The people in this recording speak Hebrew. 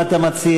מה אתה מציע,